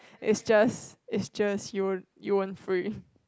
it's just it's just you won't free